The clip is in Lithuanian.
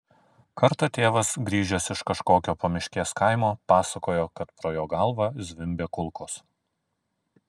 kartą tėvas grįžęs iš kažkokio pamiškės kaimo pasakojo kad pro jo galvą zvimbė kulkos